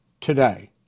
today